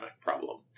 problem